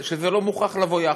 שזה לא מוכרח לבוא יחד,